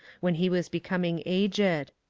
when he was becoming aged.